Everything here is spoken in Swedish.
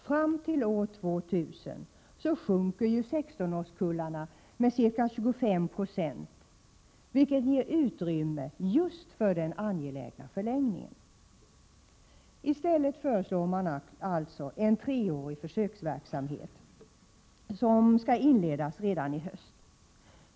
Fram till år 2000 sjunker 16-årskullarna med ca 25 96, vilket ger utrymme för just den angelägna förlängningen. I stället föreslår man alltså att en treårig försöksverksamhet skall inledas redan i höst.